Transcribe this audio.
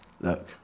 look